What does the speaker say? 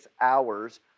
hours